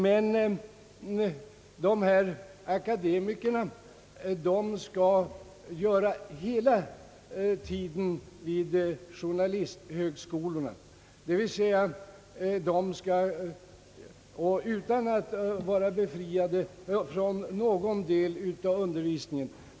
Men dessa akademiker skall tillbringa hela tiden vid journalisthögskolorna, d. v. s. de skall inte vara befriade från någon del av undervisningen.